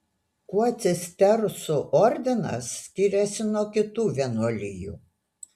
kuo cistersų ordinas skiriasi nuo kitų vienuolijų